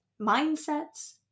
mindsets